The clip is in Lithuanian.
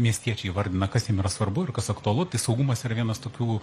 miestiečiai įvardina kas jiem yra svarbu ir kas aktualu tai saugumas yra vienas tokių